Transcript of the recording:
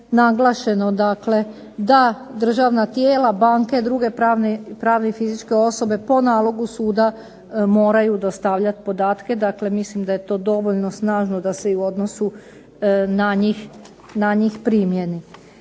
naglašeno dakle da državna tijela, banke, druge pravne i fizičke osobe po nalogu suda moraju dostavljati podatke. Dakle, mislim da je to dovoljno snažno da se i u odnosu na njih primjeni.